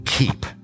keep